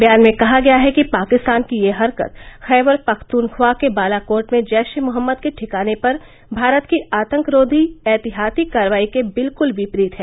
बयान में कहा गया है कि पाकिस्तान की यह हरकत खैबर पख्तूनख्वा के बालाकोट में जैश ए मोहम्मद के ठिकाने पर भारत की आतंकरोधी एहतियाती कार्रवाई के बिलकुल विपरीत है